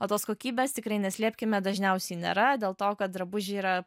o tos kokybės tikrai neslėpkime dažniausiai nėra dėl to kad drabužiai yra